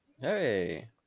Hey